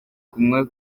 kumwe